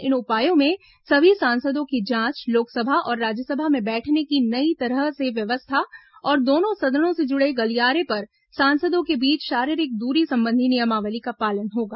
इन उपायों में सभी सांसदों की जांच लोकसभा और राज्यसभा में बैठने की नई तरह से व्यवस्था और दोनों सदनों से जुड़े गलियारे पर सांसदों के बीच शारीरिक दूरी संबंधी नियमावली का पालन होगा